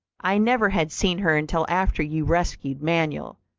i never had seen her until after you rescued manuel.